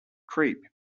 creep